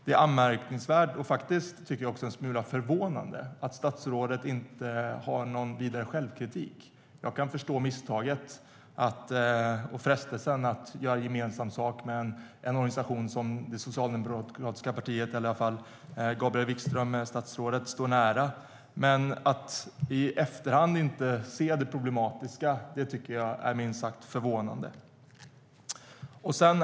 Det är anmärkningsvärt och faktiskt också en smula förvånande, tycker jag, att statsrådet inte har någon vidare självkritik. Jag kan förstå misstaget och frestelsen att göra gemensam sak med en organisation som det socialdemokratiska partiet, i alla fall statsrådet Gabriel Wikström, står nära. Men att man i efterhand inte ser det problematiska tycker jag är minst sagt förvånande. Herr talman!